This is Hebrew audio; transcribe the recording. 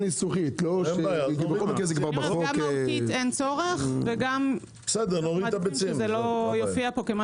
גם מהותית אין צורך, וגם מעדיפים שזה לא יופיע פה.